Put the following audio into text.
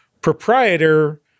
proprietor